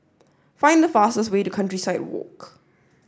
find the fastest way to Countryside Walk